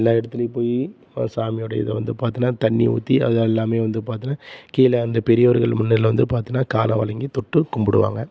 எல்லா இடத்துலையும் போய் சாமியோடைய இதை வந்து பார்த்திங்கனா தண்ணி ஊற்றி அதை எல்லாம் வந்து பார்த்திங்கனா கீழே வந்து பெரியவர்கள் முன்னிலையில் வந்து பார்த்திங்கனா காலை வணங்கி தொட்டு கும்பிடுவாங்க